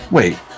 Wait